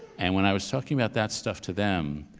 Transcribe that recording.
and when i was talking about that stuff to them,